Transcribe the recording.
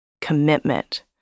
commitment